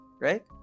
right